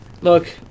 Look